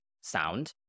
sound